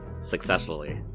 successfully